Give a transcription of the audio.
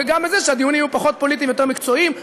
וגם בזה שהדיונים יהיו פחות פוליטיים ויותר מקצועיים.